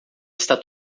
está